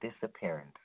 Disappearance